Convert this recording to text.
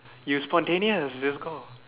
you spontaneous just go